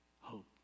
hope